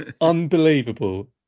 unbelievable